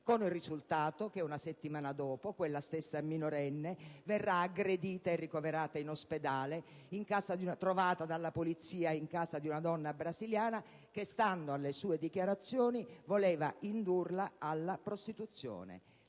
con il risultato che una settimana dopo quella stessa minorenne verrà aggredita e ricoverata in ospedale, trovata dalla Polizia in casa di una donna brasiliana che, stando alle sue dichiarazioni, voleva indurla alla prostituzione.